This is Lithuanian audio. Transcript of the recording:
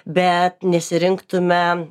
bet nesirinktume